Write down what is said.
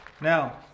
Now